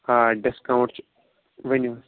آ ڈِسکاوُنٛٹ چھُ ؤنِو حظ